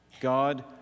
God